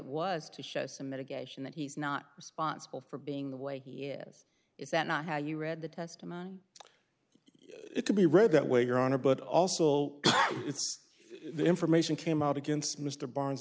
was to show some mitigation that he's not responsible for being the way he is is that not how you read the testimony it can be read that way your honor but also the information came out against mr barn